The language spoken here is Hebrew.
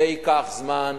זה ייקח זמן,